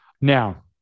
Now